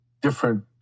different